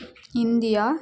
India